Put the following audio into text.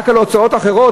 רק על הוצאות אחרות,